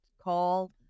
call